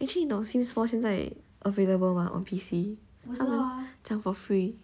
actually 你懂 sims four 现在 available mah on P_C 讲 for free